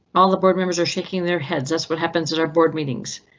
all the board members are shaking their heads. as what happens is our board meetings.